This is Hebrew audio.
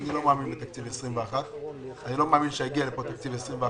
אני לא מאמין בתקציב 2021. אני לא מאמין שיגיע לפה תקציב 2021,